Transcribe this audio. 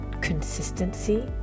consistency